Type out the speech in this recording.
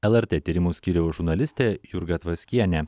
lrt tyrimų skyriaus žurnalistė jurga tvaskienė